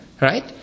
right